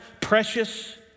precious